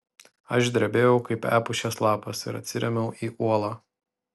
aš drebėjau kaip epušės lapas ir atsirėmiau į uolą